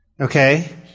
okay